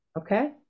Okay